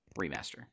remaster